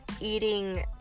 eating